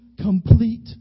complete